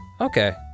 okay